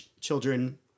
children